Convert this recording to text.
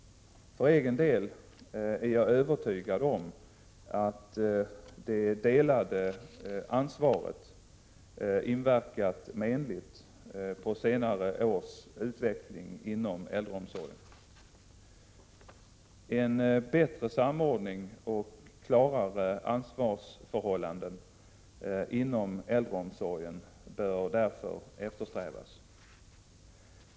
För egen del är jag övertygad om att det delade ansvaret inverkat menligt på senare års utveckling inom äldreomsorgen. En bättre samordning och klarare ansvarsförhållanden inom äldreomsorgen bör därför eftersträvas.